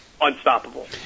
unstoppable